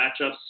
matchups